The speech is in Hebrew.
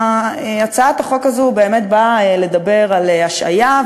הצעת החוק הזו באמת באה לדבר על השעיה,